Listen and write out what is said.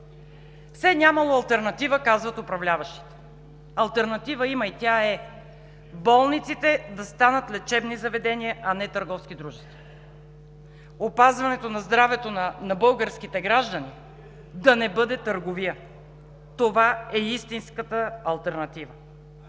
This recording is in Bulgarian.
Все нямало алтернатива, казват управляващите. Алтернатива има и тя е болниците да станат лечебни заведения, а не търговски дружества, опазването на здравето на българските граждани да не бъде търговия. Това е истинската алтернатива.